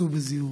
סעו בזהירות.